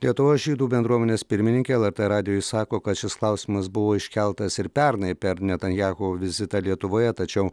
lietuvos žydų bendruomenės pirmininkė lrt radijui sako kad šis klausimas buvo iškeltas ir pernai per netanyahu vizitą lietuvoje tačiau